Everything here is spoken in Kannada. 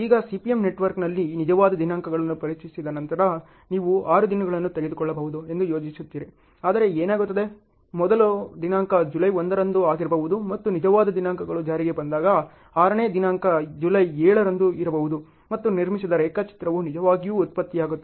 ಈಗ CPM ನೆಟ್ವರ್ಕ್ನಲ್ಲಿ ನಿಜವಾದ ದಿನಾಂಕಗಳನ್ನು ಪರಿಚಯಿಸಿದ ನಂತರ ನೀವು 6 ದಿನಗಳನ್ನು ತೆಗೆದುಕೊಳ್ಳಬಹುದು ಎಂದು ಯೋಜಿಸುತ್ತೀರಿ ಆದರೆ ಏನಾಗುತ್ತದೆ ಮೊದಲ ದಿನಾಂಕ ಜುಲೈ 1 ರಂದು ಆಗಿರಬಹುದು ಮತ್ತು ನಿಜವಾದ ದಿನಾಂಕಗಳು ಜಾರಿಗೆ ಬಂದಾಗ ಆರನೇ ದಿನಾಂಕ ಜುಲೈ 7 ರಂದು ಇರಬಹುದು ಮತ್ತು ನಿರ್ಮಿಸಿದ ರೇಖಾಚಿತ್ರವು ನಿಜವಾಗಿಯೂ ಉತ್ಪತ್ತಿಯಾಗುತ್ತದೆ